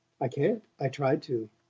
i can't. i tried to.